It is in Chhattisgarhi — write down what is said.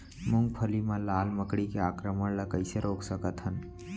मूंगफली मा लाल मकड़ी के आक्रमण ला कइसे रोक सकत हन?